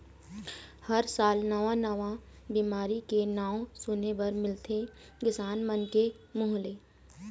हर साल नवा नवा बिमारी के नांव सुने बर मिलथे किसान मन के मुंह ले